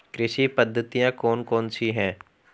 कृषि पद्धतियाँ कौन कौन सी हैं?